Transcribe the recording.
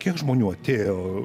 kiek žmonių atėjo